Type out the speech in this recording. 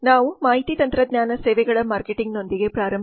ಇಲ್ಲಿ ನಾವು ಮಾಹಿತಿ ತಂತ್ರಜ್ಞಾನ ಸೇವೆಗಳ ಮಾರ್ಕೆಟಿಂಗ್ನೊಂದಿಗೆ ಪ್ರಾರಂಭಿಸುತ್ತೇವೆ